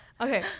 Okay